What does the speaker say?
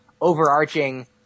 overarching